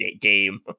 game